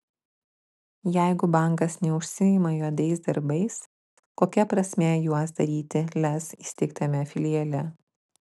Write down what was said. jeigu bankas neužsiima juodais darbais kokia prasmė juos daryti lez įsteigtame filiale